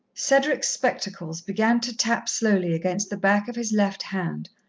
cedric's spectacles began to tap slowly against the back of his left hand,